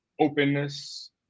openness